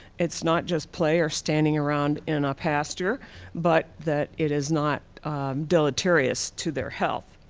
it's not just play or standing around in a pasture but that it is not deleterious to their health.